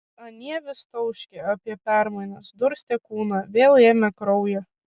anie vis tauškė apie permainas durstė kūną vėl ėmė kraują